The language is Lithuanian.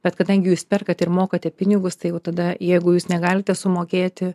bet kadangi jūs perkat ir mokate pinigus tai jau tada jeigu jūs negalite sumokėti